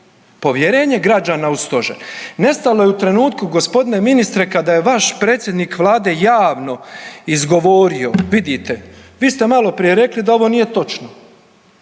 povjerenje građana u stožer. Nestalo je u trenutku g. ministre kada je vaš predsjednik vlade javno izgovorio vidite, vi ste maloprije rekli da ovo nije točno,